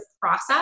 process